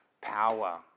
power